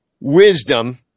wisdom